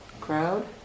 crowd